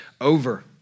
over